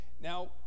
Now